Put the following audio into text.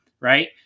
right